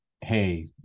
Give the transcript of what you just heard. hey